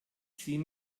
sieh